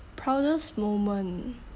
proudest moment